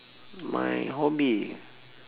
my hobby